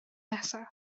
nesaf